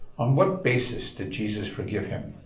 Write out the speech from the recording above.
on what basis did jesus forgive him?